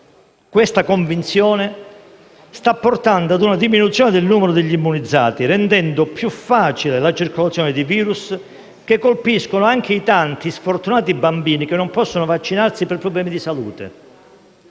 Questa convinzione sta portando a una diminuzione del numero degli immunizzati, rendendo più facile la circolazione di *virus* che colpiscono anche i tanti e sfortunati bambini che non possono vaccinarsi per problemi di salute.